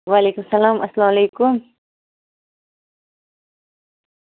وعلیکُم سلام اسلام علیکُم